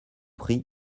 prix